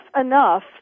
enough